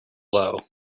low